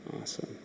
Awesome